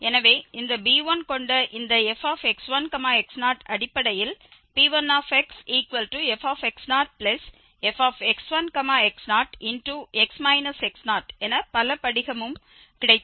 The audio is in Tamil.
எனவே இந்த b1 கொண்ட இந்த fx1x0 அடிப்படையில் P1xfx0fx1x0 என பலபடிகமும் கிடைத்தது